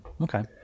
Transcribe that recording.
Okay